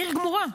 אני גר,